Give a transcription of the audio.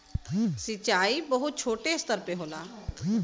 सिंचाई बहुत छोटे स्तर पे होला